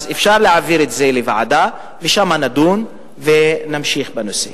אפשר להעביר את זה לוועדה, ושם נמשיך ונדון בנושא.